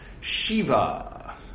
Shiva